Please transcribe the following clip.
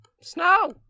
Snow